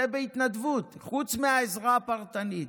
זה בהתנדבות, חוץ מהעזרה הפרטנית,